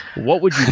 what would you